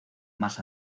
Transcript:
más